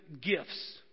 gifts